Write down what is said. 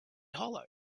hollow